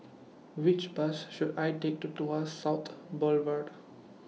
Which Bus should I Take to Tuas South Boulevard